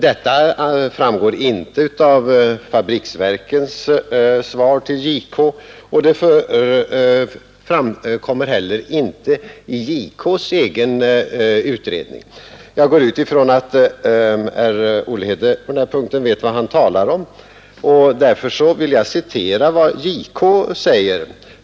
Detta framgår inte av fabriksverkens svar till JK, och det framkommer heller inte i JK:s egen utredning. Jag utgår ifrån att herr Olhede på den här punkten vet vad han talar om. Därför vill jag citera vad JK säger.